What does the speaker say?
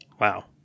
Wow